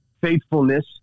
faithfulness